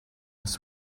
was